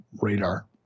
radar